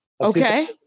Okay